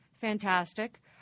fantastic